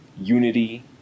unity